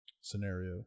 scenario